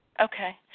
Okay